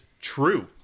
true